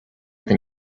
than